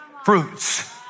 Fruits